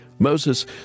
Moses